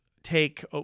take